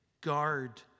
guard